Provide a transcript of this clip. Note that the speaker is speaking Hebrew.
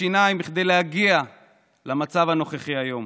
בשיניים, כדי להגיע למצב הנוכחי היום,